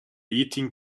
eating